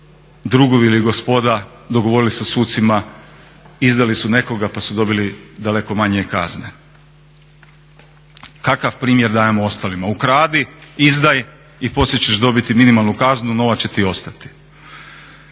drugovi ili gospoda dogovorili sa sucima, izdali su nekoga pa su dobili daleko manje kazne. Kakav primjer dajemo ostalim? Ukradi, izdaj i poslije ćeš dobiti minimalnu kaznu, nova će ti ostati.